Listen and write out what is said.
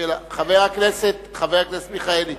חבר הכנסת מיכאלי.